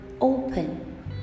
open